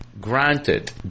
granted